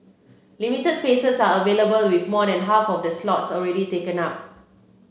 limited spaces are available with more than half of the slots already taken up